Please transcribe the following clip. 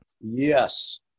Yes